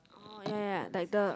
oh ya ya like the